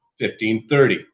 1530